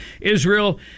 Israel